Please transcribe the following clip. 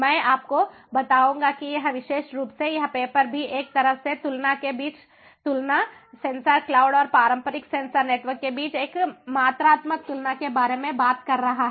मैं आपको बताऊंगा कि यह विशेष रूप से यह पेपर भी एक तरफ से तुलना के बीच तुलना सेंसर क्लाउड और पारंपरिक सेंसर नेटवर्क के बीच एक मात्रात्मक तुलना के बारे में बात करता है